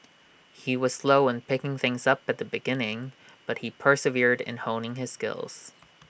he was slow in picking things up at the beginning but he persevered in honing his skills